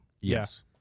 Yes